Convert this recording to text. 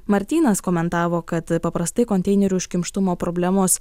martynas komentavo kad paprastai konteinerių užkimštumo problemos